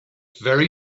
very